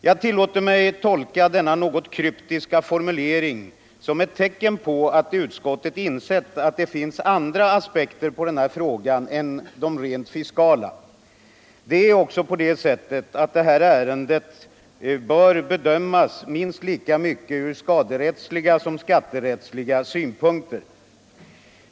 Jag tillåter mig tolka denna något kryptiska formulering som ett tecken på att utskottet insett att det finns andra aspekter på den här frågan än de rent fiskala. Det här ärendet bör bedömas minst lika mycket från skaderättsliga som från skatterättsliga synpunkter.